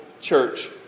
church